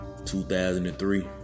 2003